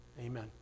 Amen